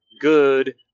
good